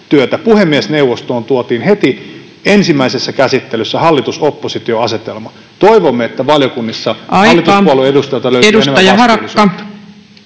puhemiesneuvostoon tuotiin heti ensimmäisessä käsittelyssä hallitus—oppositio-asetelma. Toivomme, että valiokunnissa [Puhemies: Aika!] hallituspuolueiden edustajilta löytyy enemmän vastuullisuutta.